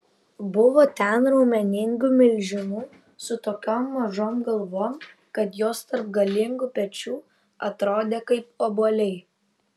buvo ten raumeningų milžinų su tokiom mažom galvom kad jos tarp galingų pečių atrodė kaip obuoliai